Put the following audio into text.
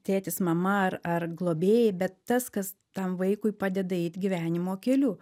tėtis mama ar ar globėjai bet tas kas tam vaikui padeda eit gyvenimo keliu